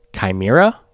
chimera